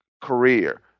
career